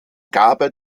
gabe